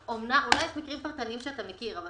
אולי יש מקרים פרטניים שאתה מכיר, אבל